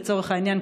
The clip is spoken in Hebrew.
לצורך העניין,